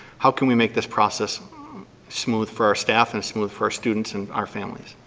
how can we make this process smooth for our staff and smooth for our students and our families?